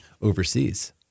overseas